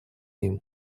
ним